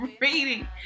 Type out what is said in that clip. reading